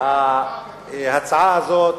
ההצעה הזאת,